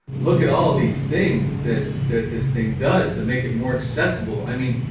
look at all these things that that this thing does to make it more accessible. i mean,